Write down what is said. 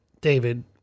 David